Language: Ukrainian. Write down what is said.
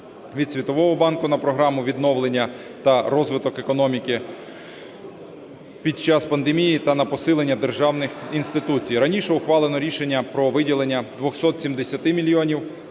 від Світового банку на програму відновлення та розвиток економіки під час пандемії та на посилення державних інституцій. Раніше ухвалено рішення про виділення 270 мільйонів